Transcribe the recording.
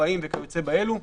מופעים וכיוצא באלו.